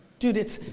dude it's,